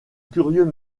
curieux